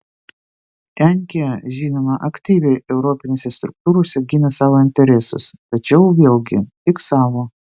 lenkija žinoma aktyviai europinėse struktūrose gina savo interesus tačiau vėlgi tik savo